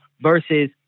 versus